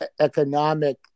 economic